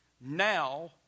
Now